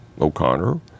O'Connor